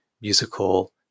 musical